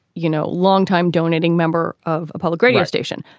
you know, longtime donating member of a public radio station.